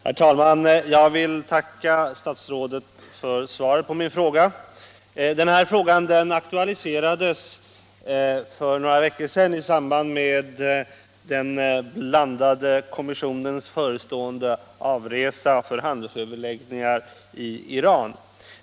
Herr talman! Jag vill tacka statsrådet för svaret på min fråga. Saken aktualiserades för några veckor sedan i samband med den blandade kommissionens förestående avresa för handelsöverläggningar i Iran.